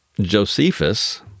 Josephus